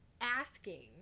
asking